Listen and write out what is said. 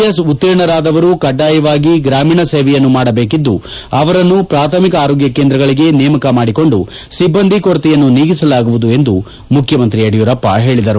S ಉತ್ತೀರ್ಣರಾದವರು ಕಡ್ಡಾಯವಾಗಿ ಗ್ರಾಮೀಣ ಸೇವೆಯನ್ನು ಮಾಡಬೇಕಿದ್ದು ಅವರನ್ನು ಪ್ರಾಥಮಿಕ ಆರೋಗ್ಯ ಕೇಂದ್ರಗಳಿಗೆ ನೇಮಕ ಮಾಡಿಕೊಂಡು ಸಿಬ್ಬಂದಿ ಕೊರತೆಯನ್ನು ನೀಗಿಸಲಾಗುವುದು ಎಂದು ಮುಖ್ಯಮಂತ್ರಿ ಯಡಿಯೂರಪ್ಪ ಹೇಳಿದರು